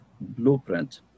blueprint